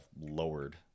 lowered